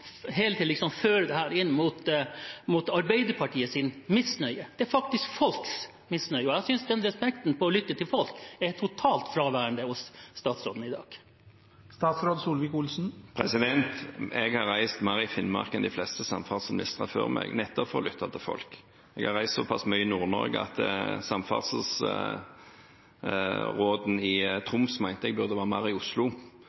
fører dette inn mot Arbeiderpartiets misnøye. Det er faktisk folks misnøye, og jeg synes den respekten, gjennom det å lytte til folk, er totalt fraværende hos statsråden i dag. Jeg har reist mer i Finnmark enn de fleste samferdselsministre før meg nettopp for å lytte til folk. Jeg har reist såpass mye i Nord-Norge at samferdselsråden i